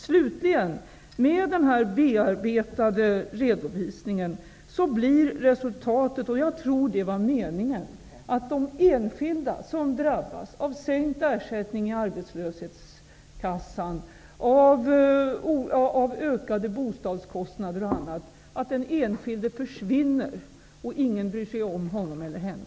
Slutligen: Med den bearbetade redovisningen blir resultatet -- jag tror att det också var meningen -- att den enskilde som drabbas av sänkt ersättning i arbetslöshetskassan, av ökade bostadskostnader och annat försvinner och ingen bryr sig om honom eller henne.